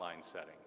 setting